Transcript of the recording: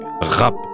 rap